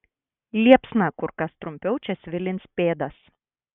liepsna kur kas trumpiau čia svilins pėdas